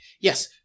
Yes